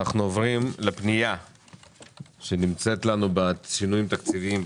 אנחנו עוברים לפנייה שנמצאת לנו בשינויים תקציביים,